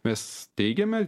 mes teigiame